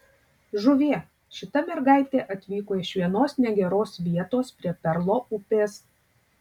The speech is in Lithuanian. žuvie šita mergaitė atvyko iš vienos negeros vietos prie perlo upės